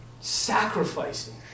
Sacrificing